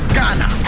Ghana